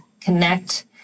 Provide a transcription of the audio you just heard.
connect